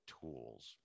tools